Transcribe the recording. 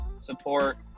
support